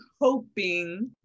hoping